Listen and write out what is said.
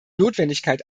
notwendigkeit